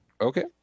Okay